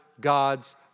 God's